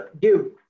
give